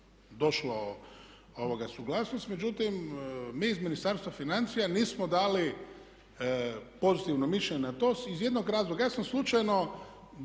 došla suglasnost, međutim mi iz Ministarstva financija nismo dali pozitivno mišljenje na to iz jednog razloga.